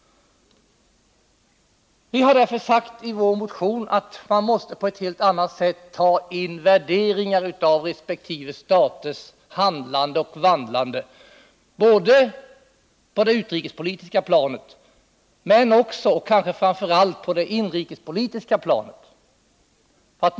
— Vi säger därför i vår motion att man på ett helt annat sätt måste göra värderingar närdet gäller resp. staters handlande och vandlande, både på det utrikespolitiska planet och — och kanske framför allt — på det inrikespolitiska planet.